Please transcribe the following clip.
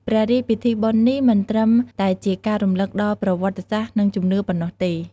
ព្រះរាជពិធីបុណ្យនេះមិនត្រឹមតែជាការរំលឹកដល់ប្រវត្តិសាស្ត្រ និងជំនឿប៉ុណ្ណោះទេ។